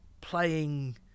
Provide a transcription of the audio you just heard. playing